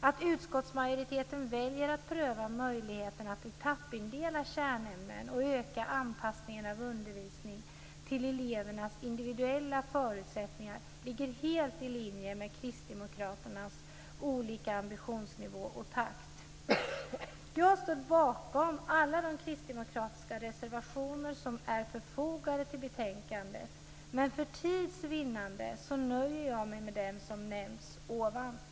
Att utskottsmajoriteten väljer att pröva möjligheten att etappindela kärnämnen och öka anpassningen av undervisningen till elevernas individuella förutsättningar ligger helt i linje med kristdemokraternas olika ambitionsnivå och takt. Jag står bakom alla de kristdemokratiska reservationer som är fogade till betänkandet, men för tids vinnande nöjer jag mig med att yrka bifall till dem som nämnts.